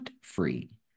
free